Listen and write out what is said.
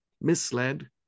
misled